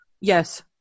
Yes